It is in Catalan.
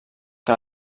que